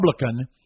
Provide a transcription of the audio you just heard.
Republican